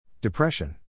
Depression